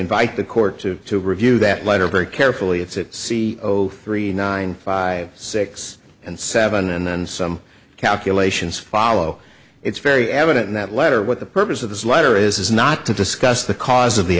invite the court to review that letter very carefully it's c o three nine five six and seven and then some calculations follow it's very evident in that letter what the purpose of this letter is is not to discuss the cause of the